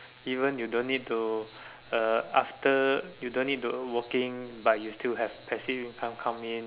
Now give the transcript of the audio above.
even you don't need to uh after you don't need to working but you still have passive income come in